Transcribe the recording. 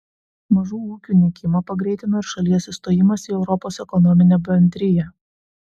mažų ūkių nykimą pagreitino ir šalies įstojimas į europos ekonominę bendriją